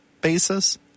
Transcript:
basis –